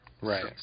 Right